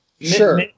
Sure